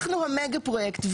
אנחנו המגה פרויקט.